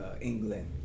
England